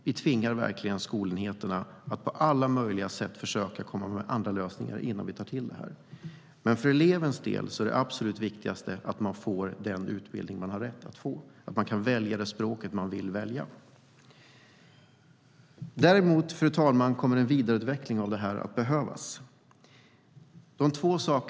Vi tvingar verkligen skolenheterna att på alla möjliga sätt försöka komma med andra lösningar innan de tar till det här. För elevens del är dock det absolut viktigaste att man får den utbildning man har rätt att få och att man kan välja det språk man vill välja. Däremot kommer en vidareutveckling att behövas, fru talman.